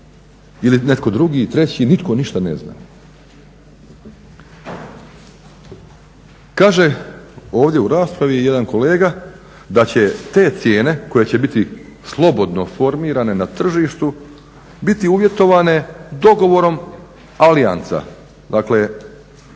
ili netko drugi i treći. Nitko ništa ne zna. Kaže ovdje u raspravi jedan kolega da će te cijene koje će biti slobodno formirane na tržištu biti uvjetovane dogovorom Allianza, dakle